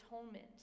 atonement